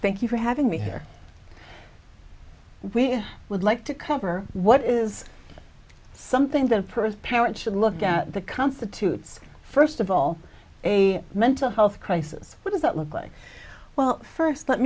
thank you for having me here we would like to cover what is something that a person parent should look at the constitutes first of all a mental health crisis what does that look like well first let